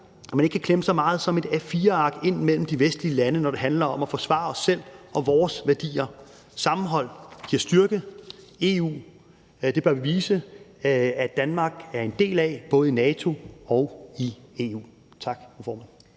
at man ikke kan klemme så meget som et A4-ark ind mellem de vestlige lande, når det handler om at forsvare os selv og vores værdier. Sammenhold giver styrke. EU bør vi vise at Danmark er en del af både i NATO og i EU. Tak, fru formand.